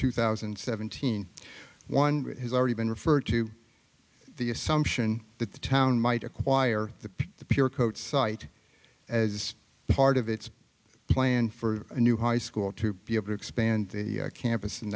two thousand and seventeen one has already been referred to the assumption that the town might acquire the pure coach site as part of its plan for a new high school to be able to expand the campus in